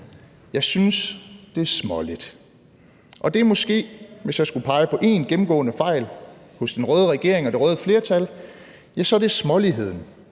Jeg synes, det er småligt, og hvis jeg skulle pege på én gennemgående fejl hos den røde regering og det røde flertal, er det småligheden.